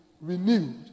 renewed